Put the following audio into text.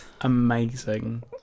amazing